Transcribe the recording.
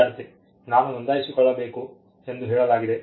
ವಿದ್ಯಾರ್ಥಿ ನಾನು ನೋಂದಾಯಿಸಿಕೊಳ್ಳಬೇಕು ಎಂದು ಹೇಳಲಾಗಿದೆ